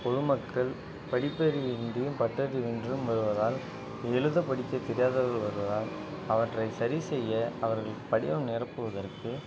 பொதுமக்கள் படிப்பறிவின்றியும் பட்டறிவின்றும் வருவதால் எழுதப் படிக்கத் தெரியாதவர்கள் வருவதால் அவற்றை சரி செய்ய அவர்கள் படிவம் நிரப்புவதற்கு